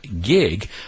gig